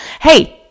hey